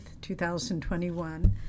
2021